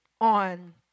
on